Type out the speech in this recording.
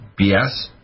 BS